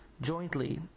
Jointly